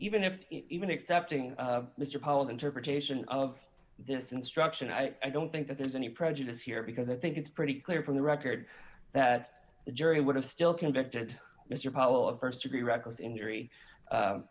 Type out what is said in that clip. even if even accepting mr pollin interpretation of this instruction i don't think that there's any prejudice here because i think it's pretty clear from the record that the jury would have still convicted mr pawle of st degree reckless injury